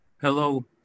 Hello